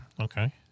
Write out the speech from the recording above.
Okay